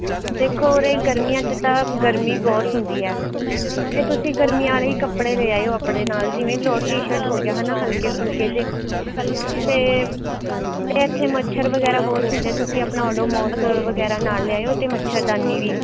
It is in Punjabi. ਦੇਖੋ ਉਰੇ ਗਰਮੀਆਂ 'ਚ ਤਾਂ ਗਰਮੀ ਬਹੁਤ ਹੁੰਦੀ ਹੈ ਅਤੇ ਤੁਸੀਂ ਗਰਮੀਆਂ ਵਾਲੇ ਹੀ ਕੱਪੜੇ ਲੈ ਆਇਓ ਆਪਣੇ ਨਾਲ਼ ਜਿਵੇਂ ਲੋਰ ਟੀ ਸ਼ਰਟ ਹੋ ਗਿਆ ਹੈ ਨਾ ਹਲਕੇ ਫੁਲਕੇ ਜਿਹੇ ਅਤੇ ਇੱਥੇ ਮੱਛਰ ਵਗੈਰਾ ਬਹੁਤ ਹੁੰਦੇ ਤੁਸੀਂ ਆਪਣਾ ਓਡੋਮੌਸ ਵਗੈਰਾ ਨਾਲ਼ ਲਿਆਇਓ ਅਤੇ ਮੱਛਰਦਾਨੀ ਵੀ